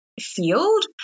field